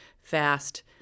fast